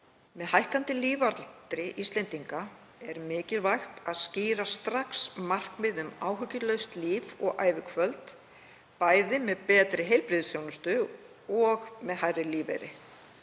Með hækkandi lífaldri Íslendinga er mikilvægt að skýra strax markmið um áhyggjulaust líf og ævikvöld, bæði með betri heilbrigðisþjónustu og hærri lífeyri.